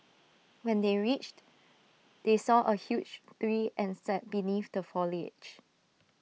when they reached they saw A huge tree and sat beneath the foliage